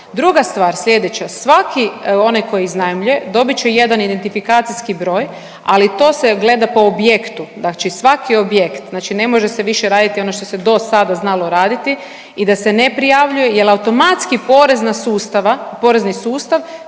Druga stvar sljedeća, svaki onaj koji iznajmljuje, dobit će jedan identifikacijski broj, ali to se gleda po objektu, znači svaki objekt, znači ne može se više raditi ono što se do sada znalo raditi i da se ne prijavljuje jer automatski porezna sustava, porezni sustav